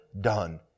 done